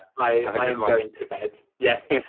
i mean i'm going to bed! yes.